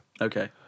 Okay